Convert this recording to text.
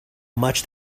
much